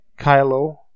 Kylo